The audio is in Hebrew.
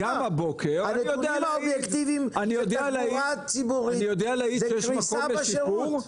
הנתונים האובייקטיביים של התחבורה הציבורית מצביעים על קריסה בשירות.